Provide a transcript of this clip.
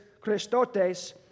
Christotes